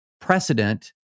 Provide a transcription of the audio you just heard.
precedent